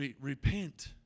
Repent